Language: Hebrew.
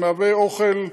זה מהווה אוכל.